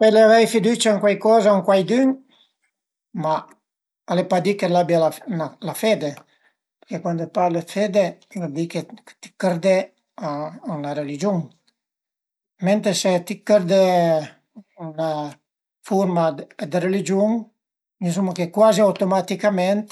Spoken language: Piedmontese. Pöle avei fidücia ën cuaicoza o cuaidün, ma al e pa dit che l'abbie la fede perché cuand parle dë fede a völ di che ti chërde ën 'na religiun, mentre se ti chërde ën 'na furma dë religiun dizuma che cuazi automaticament